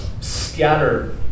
scatter